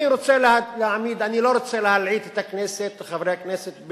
אני לא רוצה להלעיט את הכנסת, את חברי הכנסת,